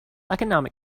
economic